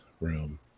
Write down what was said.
room